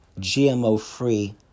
GMO-free